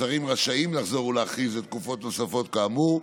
השרים רשאים לחזור ולהכריז על תקופות נוספות כאמור.